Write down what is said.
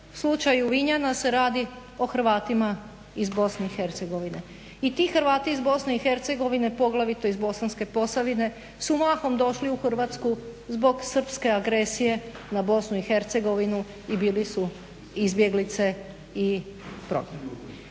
U slučaju Vinjana se radi o Hrvatima iz BiH i ti Hrvati iz BiH poglavito iz Bosanske posavine su mahom došli u Hrvatsku zbog srpske agresije na BiH i bili su izbjeglice i prognani.